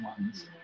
ones